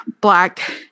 black